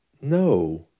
no